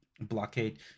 blockade